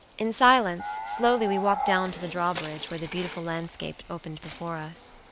in silence, slowly we walked down to the drawbridge, where the beautiful landscape opened before us.